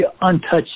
untouched